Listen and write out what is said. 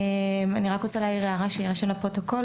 אני רק רוצה להעיר הערה שתירשם לפרוטוקול.